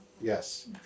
Yes